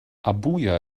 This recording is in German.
abuja